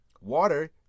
water